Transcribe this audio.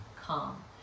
calm